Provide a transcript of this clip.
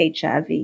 HIV